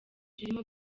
urimo